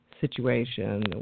situation